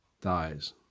dies